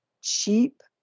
cheap